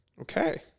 Okay